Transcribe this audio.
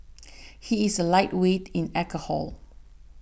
he is a lightweight in alcohol